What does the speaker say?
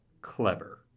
clever